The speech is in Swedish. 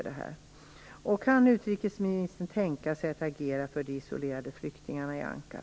Det är så jag ser på det här.